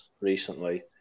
recently